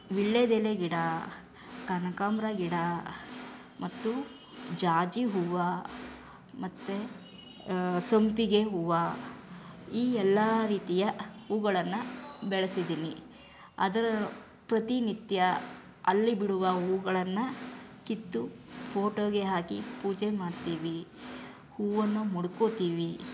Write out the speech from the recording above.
ವೀಳ್ಯದೆಲೆ ಗಿಡ ಕನಕಾಂಬರ ಗಿಡ ಮತ್ತು ಜಾಜಿ ಹೂವು ಮತ್ತೆ ಸಂಪಿಗೆ ಹೂವು ಈ ಎಲ್ಲ ರೀತಿಯ ಹೂಗಳನ್ನು ಬೆಳೆಸಿದ್ದೀನಿ ಅದರ ಪ್ರತಿ ನಿತ್ಯ ಅಲ್ಲಿ ಬಿಡುವ ಹೂಗಳನ್ನು ಕಿತ್ತು ಫೋಟೋಗೆ ಹಾಕಿ ಪೂಜೆ ಮಾಡ್ತೀವಿ ಹೂವನ್ನು ಮುಡ್ಕೊಳ್ತೀವಿ